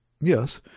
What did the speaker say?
Yes